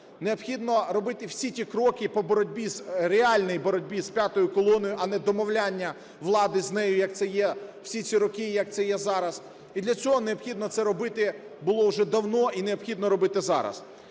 необхідно робити всі ті кроки по боротьбі реальній боротьбі, з "п'ятою колоною", а не домовляння влади з нею, як це є всі ці роки і як це є зараз. І для цього необхідно це робити було вже давно і необхідно робити зараз.